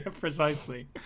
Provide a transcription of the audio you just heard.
precisely